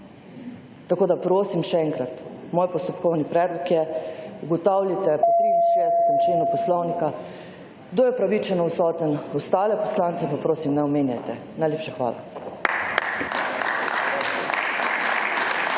Tako da prosim še enkrat, moj postopkovni predlog je, ugotavljajte po 63. členu Poslovnika kdo je opravičeno odsoten. Ostale poslance pa, prosim, ne omenjajte. Najlepša hvala.